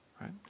right